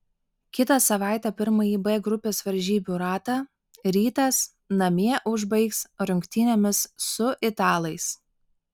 kitą savaitę pirmąjį b grupės varžybų ratą rytas namie užbaigs rungtynėmis su italais